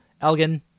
Elgin